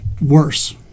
worse